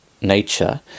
nature